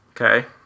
Okay